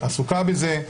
עסוקה בזה,